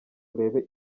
urebe